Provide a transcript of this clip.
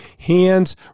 Hands